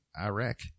Iraq